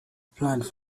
planned